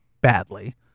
badly